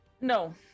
no